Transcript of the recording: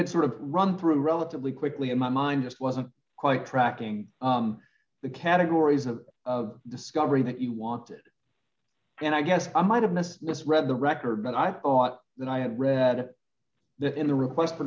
had sort of run through relatively quickly in my mind just wasn't quite tracking the categories of discovery that you wanted and i guess i might have missed misread the record but i thought that i had read it that in the request for